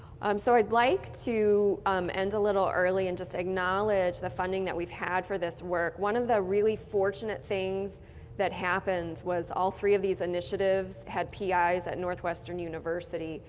um so i'd like to um end a little early and just acknowledge the funding we've had for this work. one of the really fortunate things that happens was all three of these initiatives had p i s at northwestern university,